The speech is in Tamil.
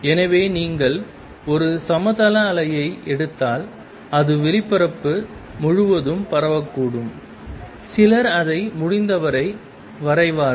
எனவே நீங்கள் ஒரு சமதள அலையை எடுத்தால் அது வெளிப்பரப்பு முழுவதும் பரவக்கூடும் சிலர் அதை முடிந்தவரை வரைவார்கள்